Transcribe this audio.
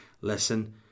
listen